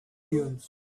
dunes